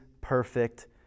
perfect